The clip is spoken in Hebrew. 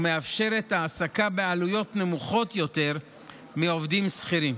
ומאפשרת העסקה בעלויות נמוכות יותר מהעסקת עובדים שכירים.